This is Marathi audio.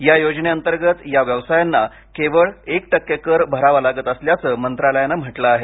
या योजनेंतर्गत या व्यवसायांना केवळ एक टक्के कर भरावा लागत असल्याचं मंत्रालयानं म्हटलं आहे